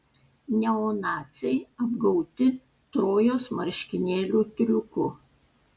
neonaciai apgauti trojos marškinėlių triuku